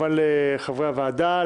לחברי הוועדה,